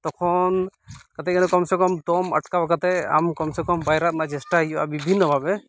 ᱛᱚᱠᱷᱚᱱ ᱠᱟᱛᱮᱜᱮᱞᱮ ᱠᱚᱢᱥᱮᱠᱚᱢ ᱰᱚᱢ ᱟᱴᱠᱟᱣ ᱠᱟᱛᱮ ᱟᱢ ᱠᱚᱢᱥᱮ ᱠᱚᱢ ᱯᱟᱭᱨᱟ ᱨᱮᱱᱟᱜ ᱪᱮᱥᱴᱟᱭ ᱦᱩᱭᱩᱜᱟ ᱵᱤᱵᱷᱤᱱᱱᱚ ᱵᱷᱟᱵᱮ